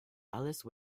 alice